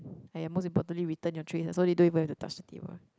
!aiya! most importantly return your trays lah so they don't even have to touch the table